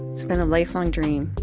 it's been a lifelong dream,